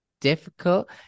difficult